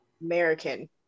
American